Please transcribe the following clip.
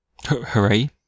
Hooray